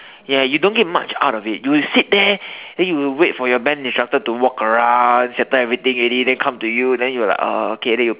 ya you don't get much out of it you will sit there then you wait for your band instructor to walk around settle everything already then come to you then you like uh okay then you